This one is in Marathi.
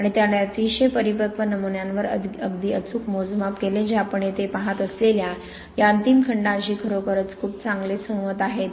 आणि त्याने अतिशय परिपक्व नमुन्यांवर अगदी अचूक मोजमाप केले जे आपण येथे पाहत असलेल्या या अंतिम खंडांशी खरोखरच खूप चांगले सहमत आहेत